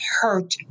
hurt